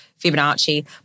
Fibonacci